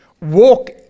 Walk